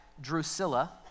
drusilla